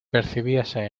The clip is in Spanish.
percibíase